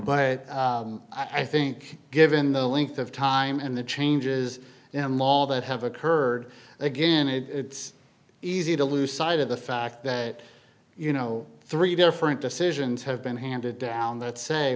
but i think given the length of time and the changes in law that have occurred again it's easy to lose sight of the fact that you know three different decisions have been handed down that say